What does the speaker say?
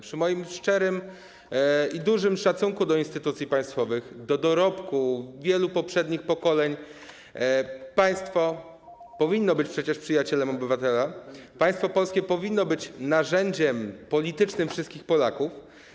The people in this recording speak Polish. Przy moim szczerym i dużym szacunku do instytucji państwowych, do dorobku wielu poprzednich pokoleń państwo powinno być przecież przyjacielem obywatela, państwo polskie powinno być narzędziem politycznym wszystkich Polaków.